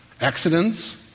accidents